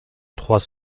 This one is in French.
trois